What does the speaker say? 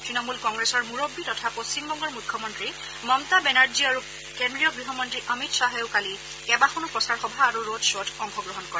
ত্ত্ৰণমূল কংগ্ৰেছৰ মুৰববী তথা পশ্চিমবংগৰ মুখ্যমন্ত্ৰী মমতা বেনাৰ্জী আৰু কেন্দ্ৰীয় গৃহ মন্ত্ৰী অমিত খাহেও কালি কেইবাখনো প্ৰচাৰ সভা আৰু ৰড খোত অংশগ্ৰহণ কৰে